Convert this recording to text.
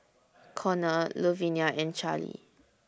Connor Luvinia and Charlie